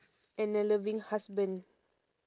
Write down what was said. and a loving husband